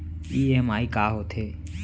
EMI का होथे?